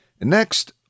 Next